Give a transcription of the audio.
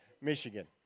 Michigan